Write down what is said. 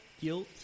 guilt